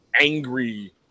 angry